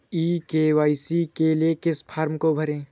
ई KYC के लिए किस फ्रॉम को भरें?